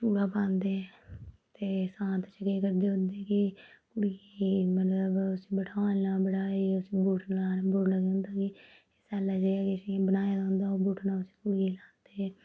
चूड़ा पांदे ते सांत च केह् करदे ओह्दी कि कुड़ी गी मतलब उसी बठाह्लना बठाइयै उसी बुटना लाना बुटना केह् होंदा कि सैल्ला जेहा किश इयां बनाए दा होंदा बुटना उसी कुड़ी गी लांदे